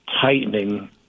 tightening